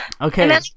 Okay